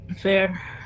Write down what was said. Fair